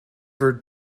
for